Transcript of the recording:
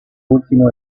último